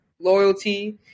loyalty